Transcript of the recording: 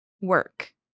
work